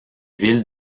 villes